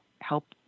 help